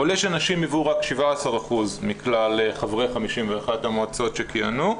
עולה שנשים היוו רק 17% מכלל חברי 51 המועצות שכיהנו.